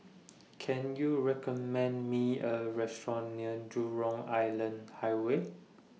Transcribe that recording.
Can YOU recommend Me A Restaurant near Jurong Island Highway